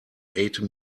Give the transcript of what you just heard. eight